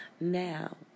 Now